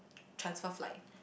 transfer flight